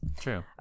True